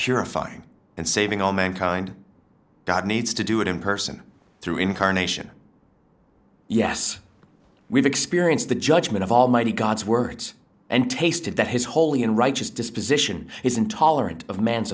purifying and saving all mankind needs to do it in person through incarnation yes we've experienced the judgement of almighty god's words and tasted that his holy and righteous disposition is intolerant of man's